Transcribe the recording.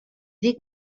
dic